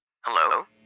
Hello